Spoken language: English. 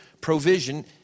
provision